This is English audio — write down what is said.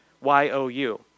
Y-O-U